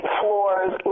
floors